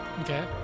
Okay